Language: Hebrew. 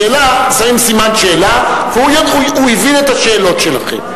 שאלה, שמים סימן שאלה, הוא הבין את השאלות שלכם.